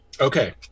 Okay